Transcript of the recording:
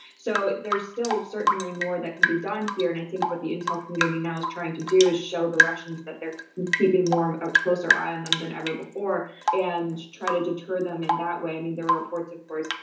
so there's still certainly more that can be done here. and i think with the intel community now is trying to do is show the russians that they're keeping more a closer eye on them than ever before and try to deter them in that way. i mean, there were reports, of course,